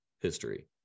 history